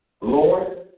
Lord